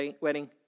wedding